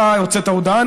אתה הוצאת הודעה,